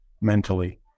mentally